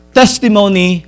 testimony